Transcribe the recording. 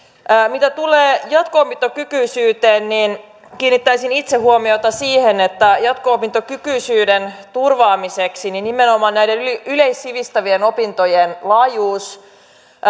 mitä tulee jatko opintokykyisyyteen kiinnittäisin itse huomiota siihen että jatko opintokykyisyyden turvaamiseksi nimenomaan näiden yleissivistävien opintojen laajuus